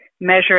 measure